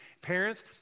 Parents